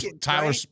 Tyler